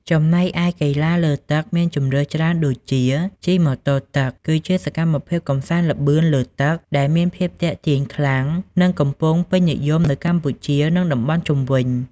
ចំណែកឯកីឡាលើទឹកមានជម្រើសច្រើនដូចជា ជិះម៉ូតូទឹកគឺជាសកម្មភាពកម្សាន្តល្បឿនលើទឹកដែលមានភាពទាក់ទាញខ្លាំង និងកំពុងពេញនិយមនៅកម្ពុជា និង តំបន់ជុំវិញ។